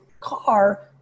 car